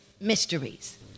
mysteries